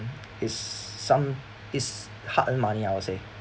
it's some it's hard earned money I would say